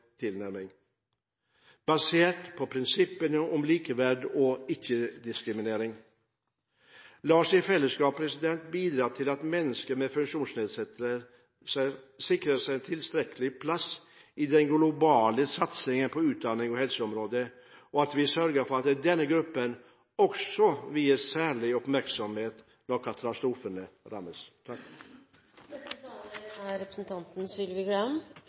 tilnærming, basert på prinsippene om likeverd og ikke-diskriminering. La oss i fellesskap bidra til at mennesker med funksjonsnedsettelser sikres en tilstrekkelig plass i den globale satsingen på utdannings- og helseområdet, og at vi sørger for at denne gruppen også vies særlig oppmerksomhet når katastrofene rammer. Jeg vil også gjerne gi honnør til interpellanten for at denne interpellasjonen er